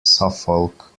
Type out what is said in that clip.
suffolk